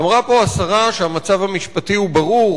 אמרה פה השרה שהמצב המשפטי הוא ברור.